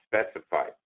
specified